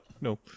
no